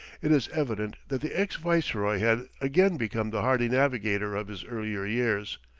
it is evident that the ex-viceroy had again become the hardy navigator of his earlier years.